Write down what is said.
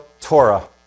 Torah